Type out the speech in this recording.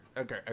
Okay